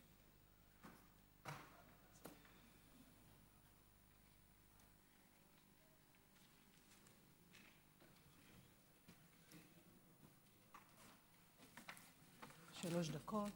שלוש דקות,